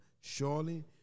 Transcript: Surely